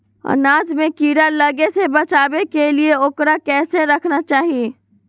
अनाज में कीड़ा लगे से बचावे के लिए, उकरा कैसे रखना चाही?